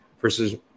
versus